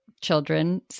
children